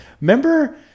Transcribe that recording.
Remember